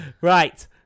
Right